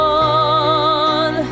on